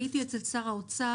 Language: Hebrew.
הייתי אצל שר האוצר,